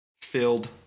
filled